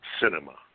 cinema